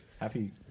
Happy